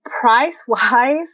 Price-wise